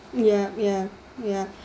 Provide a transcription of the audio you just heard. yup ya ya